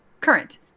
current